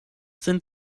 sind